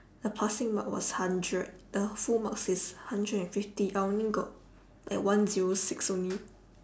the passing mark was hundred the full marks is hundred and fifty I only got like one zero six only